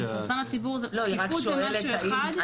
שקיפות זה משהו אחד.